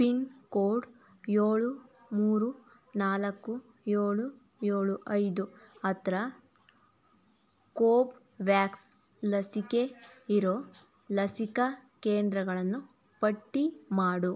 pin code ಏಳು ಮೂರು ನಾಲ್ಕು ಏಳು ಏಳು ಐದು ಹತ್ರ ಕೋಬ್ವ್ಯಾಕ್ಸ್ ಲಸಿಕೆ ಇರೋ ಲಸಿಕಾ ಕೆಂದ್ರಗಳನ್ನು ಪಟ್ಟಿ ಮಾಡು